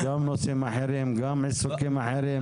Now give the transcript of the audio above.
גם נושאים אחרים, גם עיסוקים אחרים.